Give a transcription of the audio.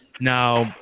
Now